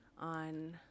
on